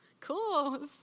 Cool